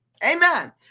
Amen